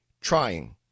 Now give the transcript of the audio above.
trying